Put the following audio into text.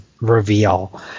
reveal